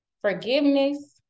forgiveness